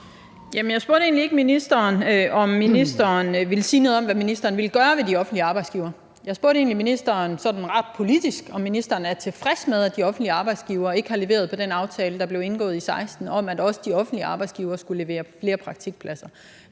Jeg spurgte egentlig ikke ministeren, om ministeren ville sige noget om, hvad ministeren vil gøre ved de offentlige arbejdsgivere. Jeg stillede egentlig ministeren et ret politisk spørgsmål, nemlig om ministeren er tilfreds med, at de offentlige arbejdsgivere ikke har leveret på den aftale, der blev indgået i 2016, om, at også de offentlige arbejdsgivere skal levere flere praktikpladser.